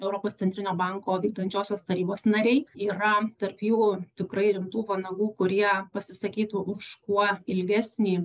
europos centrinio banko vykdančiosios tarybos nariai yra tarp jų tikrai rimtų vanagų kurie pasisakytų už kuo ilgesnį